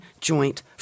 joint